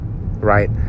right